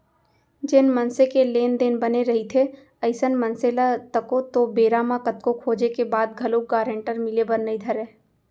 जेन मनसे के लेन देन बने रहिथे अइसन मनसे ल तको तो बेरा म कतको खोजें के बाद घलोक गारंटर मिले बर नइ धरय